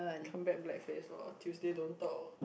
come back black face lor Tuesday don't talk